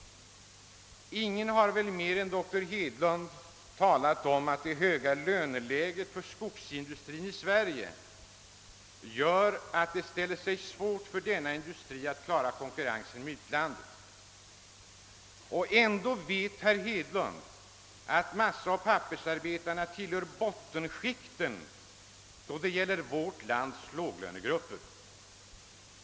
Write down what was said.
Ingen har väl mer än dr Hedlund talat om att det höga löneläget för skogsindustrin i Sverige gör att det ställer sig svårt för denna industri att klara konkurrensen med utlandet. Ändå vet herr Hedlund att massaoch pappersarbetarna tillhör bottenskikten bland vårt lands låglönegrupper.